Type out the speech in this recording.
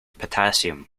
potassium